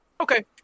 Okay